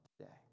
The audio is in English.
today